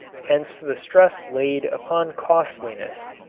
hence the stress laid upon costliness.